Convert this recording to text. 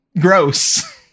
gross